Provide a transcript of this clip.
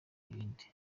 ibindi